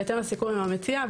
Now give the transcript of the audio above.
בהתאם לסיכום עם המציע,